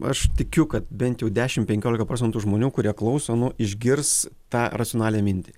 aš tikiu kad bent jau dešim penkiolika procentų žmonių kurie klauso nu išgirs tą racionalią mintį